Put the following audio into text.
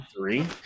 three